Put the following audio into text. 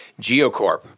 Geocorp